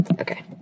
Okay